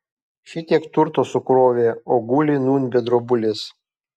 šitiek turto sukrovė o guli nūn be drobulės